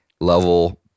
level